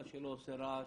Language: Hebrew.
מה שלא עושה רעש,